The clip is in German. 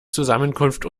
zusammenkunft